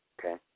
okay